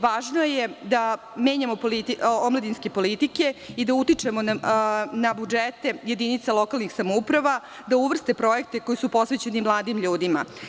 Važno je da menjamo omladinske politike i da utičemo na budžete jedinica lokalnih samouprava da uvrste projekte koji su posvećeni mladim ljudima.